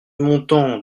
montant